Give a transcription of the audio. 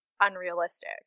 unrealistic